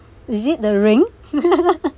is it the ring